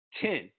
Ten